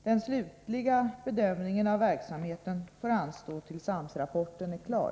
Den slutliga bedömningen av verksamheten får anstå tills AMS-rapporten är klar.